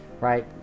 right